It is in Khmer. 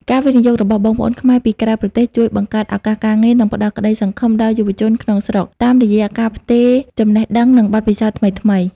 ការវិនិយោគរបស់បងប្អូនខ្មែរពីក្រៅប្រទេស ជួយបង្កើត ឱកាសការងារ និងផ្ដល់ក្តីសង្ឃឹមដល់យុវជនក្នុងស្រុក តាមរយៈការផ្ទេរចំណេះដឹង និងបទពិសោធន៍ថ្មីៗ។